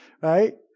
Right